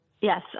Yes